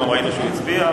גם ראינו שהוא הצביע,